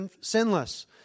sinless